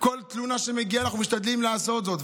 בכל תלונה שמגיעה, אנחנו משתדלים לעשות זאת.